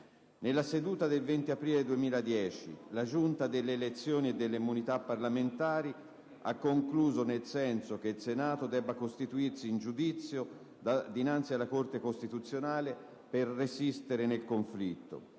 Nella seduta del 20 aprile 2010, la Giunta delle elezioni e delle immunità parlamentari ha concluso nel senso che il Senato debba costituirsi in giudizio dinanzi alla Corte costituzionale per resistere nel conflitto.